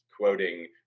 quoting